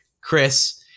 Chris